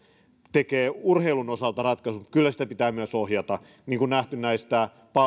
tekee urheilun osalta ratkaisut mutta kyllä pitää myös ohjata niin kuin on nähty näistä